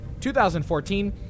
2014